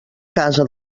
casa